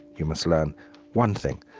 you must learn one thing.